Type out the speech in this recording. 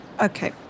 okay